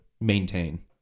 maintain